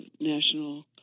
National